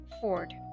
Ford